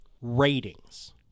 ratings